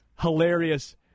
hilarious